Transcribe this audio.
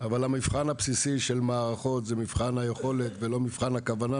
אבל המבחן הבסיסי של מערכות זה מבחן היכולת ולא מבחן הכוונה.